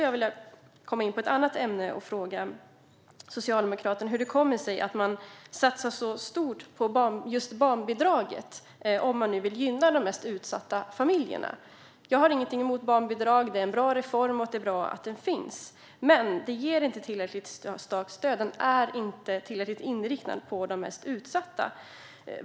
Jag vill komma in på ett annat ämne och fråga Teresa Carvalho och Socialdemokraterna hur det kommer sig att man satsar så stort på just barnbidraget om man nu vill gynna de mest utsatta familjerna. Jag har ingenting emot barnbidrag. Det är en bra reform, och det är bra att den finns. Men den ger inte ett tillräckligt starkt stöd och är inte tillräckligt inriktad på de mest utsatta.